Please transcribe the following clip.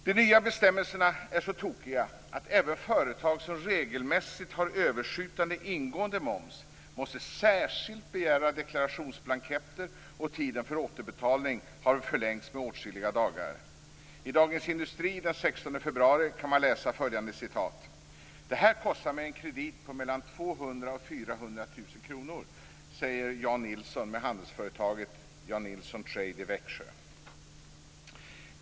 De nya bestämmelserna är så tokiga att även företag som regelmässigt har överskjutande ingående moms måste särskilt begära deklarationsblanketter, och tiden för återbetalning har förlängts med åtskilliga dagar. I Dagens Industri den 16 februari kan man läsa följande: "Det här kostar mig en kredit på mellan 200 000 och 400 000 kronor, säger Jan Nilsson med handelsföretaget Jan Nilsson Trade i Växjö."